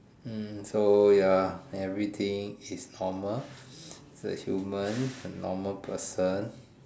hmm so ya everything is normal so is human a normal person